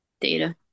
Data